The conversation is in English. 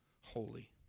holy